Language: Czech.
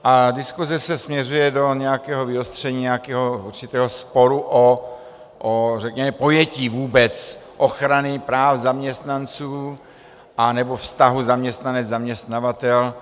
A diskuse se směřuje do nějakého vyostření, do nějakého určitého sporu o řekněme pojetí vůbec ochrany práv zaměstnanců, anebo vztahu zaměstnanec zaměstnavatel.